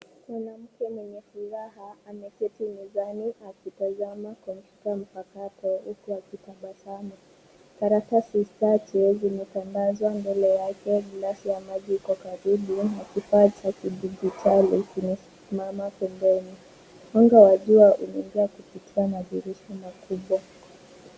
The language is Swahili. Mwanamke mwenye furaha ameketi mezani akitazana kompyuta mpakato huku akitabasamu. Karatasi tatu zimetandazwa mbele yake, glasi ya maji iko karibu na kifaa cha kidijitali kimesimama pembeni. Mwanga wa jua unaingia kupitia mairisha makubwa.